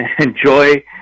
enjoy